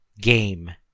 game